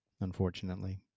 unfortunately